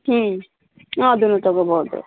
ಹ್ಞೂ ಅದನ್ನು ತಗೋಬೋದು